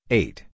eight